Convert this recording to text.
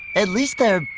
at least they're.